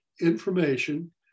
information